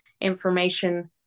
information